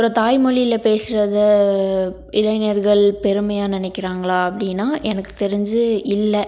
அப்புறோம் தாய் மொழியில் பேசுகிறத இளைஞர்கள் பெருமையாக நினைக்கிறாங்களா அப்படின்னா எனக்கு தெரிஞ்சு இல்லை